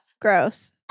Gross